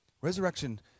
Resurrection